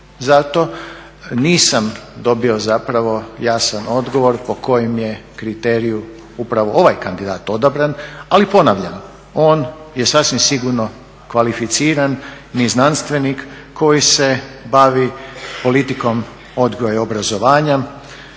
za to. Nisam dobio zapravo jasan odgovor po kojem je kriteriju upravo ovaj kandidat odabran. Ali ponavljam, on je sasvim sigurno kvalificirani znanstvenik koji se bavi politikom, odgojem i obrazovanjem,